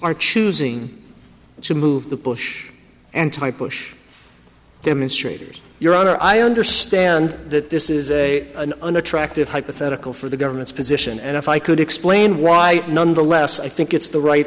are choosing to move to push anti push demonstrators your honor i understand that this is an unattractive hypothetical for the government's position and if i could explain why nonetheless i think it's the right